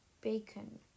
bacon